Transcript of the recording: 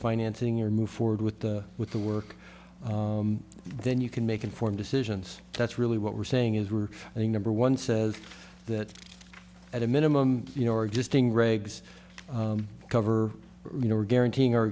financing or move forward with with the work then you can make informed decisions that's really what we're saying is we're number one says that at a minimum you know our existing regs cover you know we're guarantee